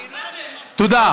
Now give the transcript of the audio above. תודה.